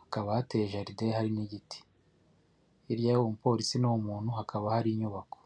hakaba hateye jaride hari n'igiti hirya y'uwo mupolisi n'uwo muntu hakaba hari inyubako.